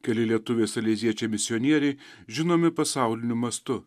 keli lietuviai saleziečiai misionieriai žinomi pasauliniu mastu